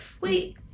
Wait